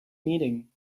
meeting